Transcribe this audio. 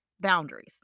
boundaries